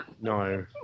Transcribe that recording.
No